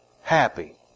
happy